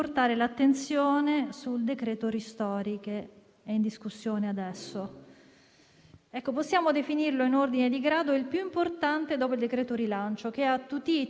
quando le condizioni dello stato pandemico si sono improvvisamente e nuovamente aggravate, perché tutte le ulteriori necessarie restrizioni,